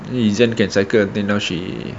izyan can cycle I think now she